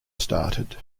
started